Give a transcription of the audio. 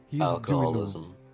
alcoholism